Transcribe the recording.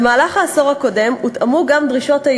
במהלך העשור הקודם הותאמו גם דרישות הבטיחות